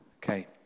Okay